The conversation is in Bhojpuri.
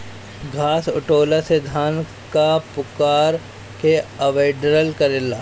घास उठौना से धान क पुअरा के अवडेरल जाला